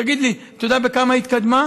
תגיד לי, אתה יודע בכמה היא התקדמה?